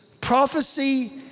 prophecy